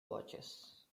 watches